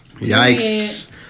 Yikes